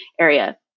area